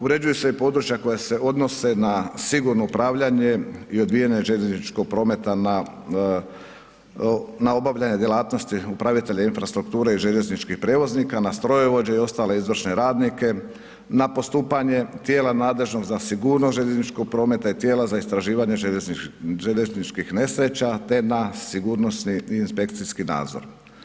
Uređuju se i područja koja se odnose na sigurno upravljanje i odvijanje željezničkog prometa na obavljanje djelatnosti upravitelja infrastrukture i željezničkih prijevoznika na strojovođe i ostale izvršne radnike, na postupanje tijela nadležnog za sigurnost željezničkog prometa i tijela za istraživanje željezničkih nesreća te na sigurnosni i inspekcijski nadzor.